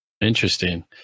interesting